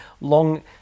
Long